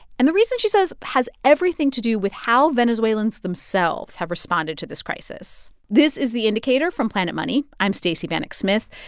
and the reason, she says, has everything to do with how venezuelans themselves have responded to this crisis this is the indicator from planet money. i'm stacey vanek smith.